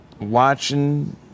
watching